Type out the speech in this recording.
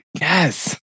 yes